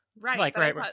Right